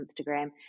Instagram